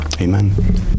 Amen